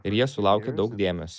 ir jie sulaukė daug dėmesio